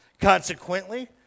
Consequently